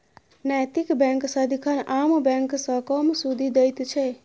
नैतिक बैंक सदिखन आम बैंक सँ कम सुदि दैत छै